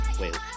Wait